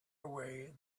away